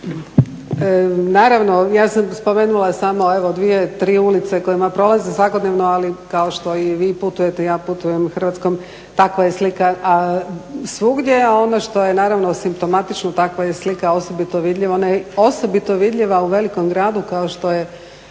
Naravno, ja sam spomenula samo 2, 3 ulice kojima prolazim svakodnevno ali kao što i vi putujete ja putujem Hrvatskom. Takva je slika svugdje. A ono što je simptomatično takva je slika osobito vidljiva, ona je osobito vidljiva u velikom gradu kao što je